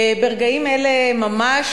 ברגעים אלה ממש,